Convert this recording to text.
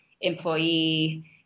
employee